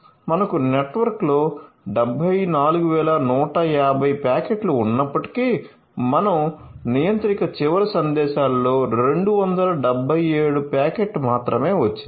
మనకు నెట్వర్క్లో 74150 ప్యాకెట్లు ఉన్నప్పటికీ మనకు నియంత్రిక చివర సందేశాలలో 277 ప్యాకెట్ మాత్రమే వచ్చింది